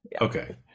Okay